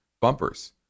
bumpers